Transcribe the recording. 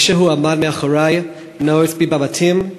מישהו עמד מאחורי, נועץ בי מבטים,